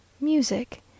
Music